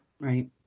Right